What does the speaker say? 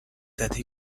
زده